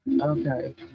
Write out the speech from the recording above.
Okay